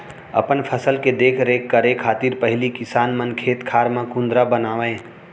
अपन फसल के देख रेख करे खातिर पहिली किसान मन खेत खार म कुंदरा बनावय